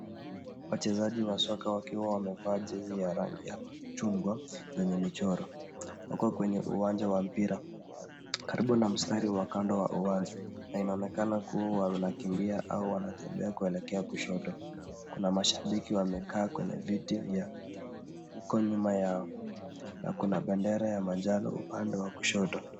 Wachezaji wa soka wakiwa wamevaa jezi ya rangi ya chungwa, yenye michoro. Kwenye uwanja wa mpira. Karibu na mstari wa karibu wa uwanja. Na inaonekana kuwa wanakimbia au wanatembea kuelekea kushoto. Kuna Mashabiki wamekaa kwa viti vya huko nyuma na kuna bendera upande wa kushoto.